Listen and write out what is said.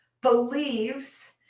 believes